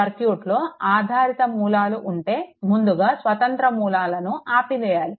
సర్క్యూట్లో ఆధారిత మూలాలు ఉంటే ముందుగా స్వతంత్ర మూలాలని ఆపాలి